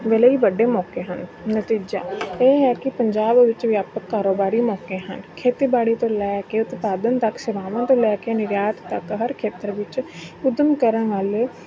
ਦੇ ਲਈ ਵੱਡੀ ਮੌਕੇ ਹਨ ਨਤੀਜਾ ਇਹ ਹੈ ਕਿ ਪੰਜਾਬ ਵਿੱਚ ਵਿਆਪਕ ਕਾਰੋਬਾਰੀ ਮੌਕੇ ਹਨ ਖੇਤੀਬਾੜੀ ਤੋਂ ਲੈ ਕੇ ਉਤਪਾਦਨ ਤੱਕ ਸੇਵਾਵਾਂ ਤੋਂ ਲੈ ਕੇ ਨਿਰਯਾਤ ਤੱਕ ਹਰ ਖੇਤਰ ਵਿੱਚ ਉੱਦਮ ਕਰਨ ਵਾਲੇ